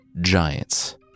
Giants